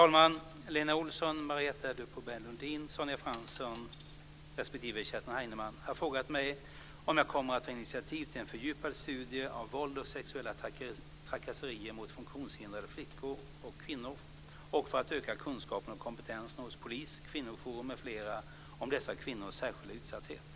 Lundin, Sonja Fransson respektive Kerstin Heinemann har frågat mig om jag kommer att ta initiativ till en fördjupad studie av våld och sexuella trakasserier mot funktionshindrade flickor och kvinnor och för att öka kunskapen och kompetensen hos polis, kvinnojourer m.fl. om dessa kvinnors särskilda utsatthet.